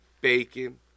bacon